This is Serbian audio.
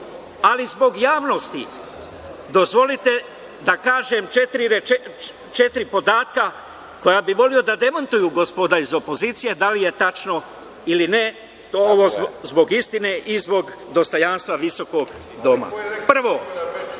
ali zbog javnosti, dozvolite da kažem četiri podatka koja bih voleo da demantuju gospoda iz opozicije – da li je tačno ili ne. Ovo zbog istine i zbog dostojanstva ovog visokog doma. Prvo,